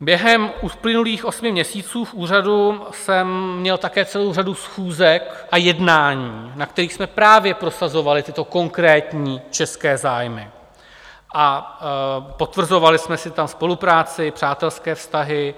Během uplynulých osmi měsíců v úřadu jsem měl také celou řadu schůzek a jednání, na kterých jsme právě prosazovali tyto konkrétní české zájmy a potvrzovali jsme si tam spolupráci, přátelské vztahy.